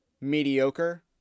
mediocre